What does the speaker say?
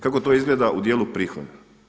Kako to izgleda u dijelu prihoda.